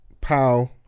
Pow